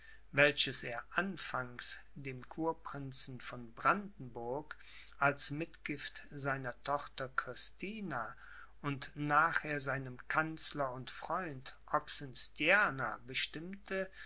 welches er anfangs dem kurprinzen von brandenburg als mitgift seiner tochter christina und nachher seinem kanzler und freund oxenstierna bestimmte